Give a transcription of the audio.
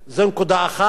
זו נקודה אחת